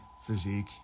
physique